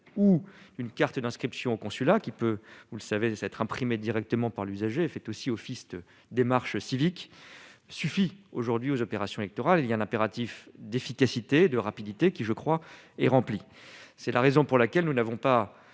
ou une carte d'inscription au consulat qui peut vous le savez, de s'être imprimé directement par l'usager fait aussi office de démarche civique suffit aujourd'hui aux opérations électorales il y a l'impératif d'efficacité, de rapidité qui je crois est remplie, c'est la raison pour laquelle nous n'avons pas